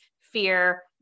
fear